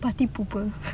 party pooper